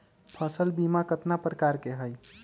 फसल बीमा कतना प्रकार के हई?